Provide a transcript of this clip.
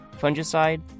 fungicide